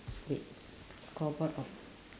wait scoreboard of